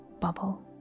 bubble